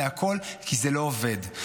כי זה לא עובד?